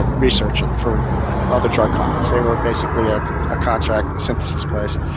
ah research for other drug companies. they were basically a ah contract synthesis place.